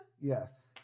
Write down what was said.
Yes